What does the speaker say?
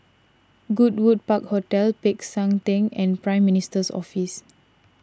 Goodwood Park Hotel Peck San theng and Prime Minister's Office